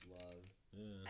love